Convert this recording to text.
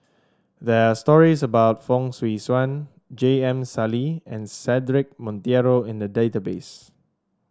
there are stories about Fong Swee Suan J M Sali and Cedric Monteiro in the database